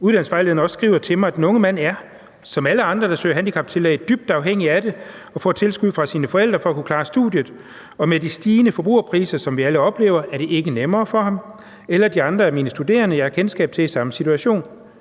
uddannelsesvejlederen også skriver til mig, er, at den unge mand, ligesom alle andre, der søger handicaptillæg, er dybt afhængig af det, og han får et tilskud fra sine forældre for at kunne klare studiet. Og med de stigende forbrugerpriser, som vi alle oplever, er det ikke nemmere for ham eller de andre af de studerende, som vedkommende har kendskab til i samme situation.